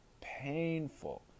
painful